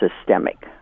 systemic